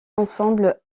ensemble